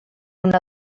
una